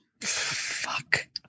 fuck